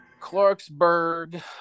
Clarksburg